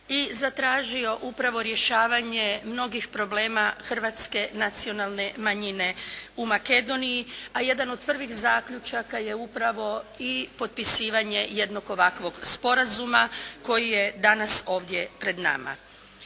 i zatražio upravo rješavanje mnogih problema hrvatske nacionalne manjine u Makedoniji, a jedan od prvih zaključaka je upravo i potpisivanje jednog ovakvog sporazuma koji je danas ovdje pred nama.